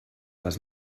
les